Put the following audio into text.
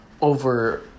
over